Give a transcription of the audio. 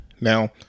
Now